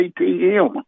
ATM